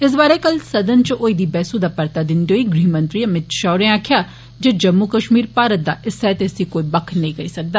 इस बारे कल सदन च होई दी बैह्सु दा परता दिंदे होई गृह मंत्री अमित षाह होरें आक्खेआ जे जम्मू कष्मीर भारत दा हिस्सा ऐ इसी कोई बक्ख नेई करी सकदा